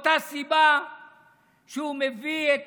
מאותה סיבה שהוא מביא את